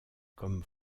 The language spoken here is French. comme